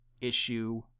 issue